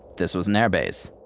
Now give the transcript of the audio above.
this was an air base,